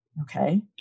Okay